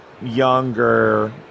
younger